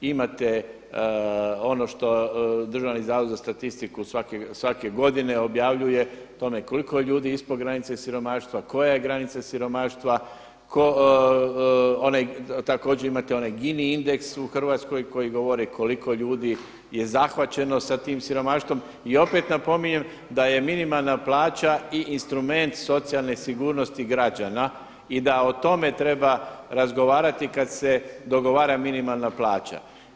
Imate ono što Državni zavod za statistiku svake godine objavljuje o tome koliko ljudi je ispod granice siromaštva, koja je granica siromaštva, također imate onaj … indeks u Hrvatskoj koji govori koliko ljudi je zahvaćeno sa tim siromaštvom i opet napominjem da je minimalna plaća i instrument socijalne sigurnosti građana i da o tome treba razgovarati kad se dogovara minimalna plaća.